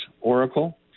oracle